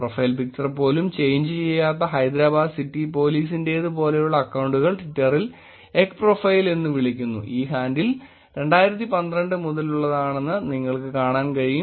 profile picture പോലും change ചെയ്യാത്ത Hyderabad city പോലീസിന്റേത് പോലെയുള്ള അക്കൌണ്ടുകൾ ട്വിറ്ററിൽ എഗ്ഗ് പ്രൊഫൈൽ എന്ന് വിളിക്കുന്നു ഈ ഹാൻഡിൽ 2012 മുതലുള്ളതാണെന്ന് നിങ്ങൾക്ക് കാണാൻ കഴിയും